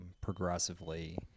progressively